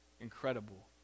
incredible